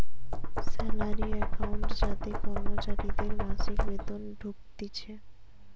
salary account যাতে কর্মচারীদের মাসিক বেতন ঢুকতিছে